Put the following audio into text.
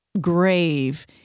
grave